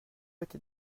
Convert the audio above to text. était